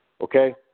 Okay